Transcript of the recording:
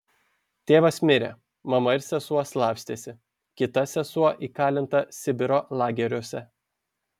tėvas mirė mama ir sesuo slapstėsi kita sesuo įkalinta sibiro lageriuose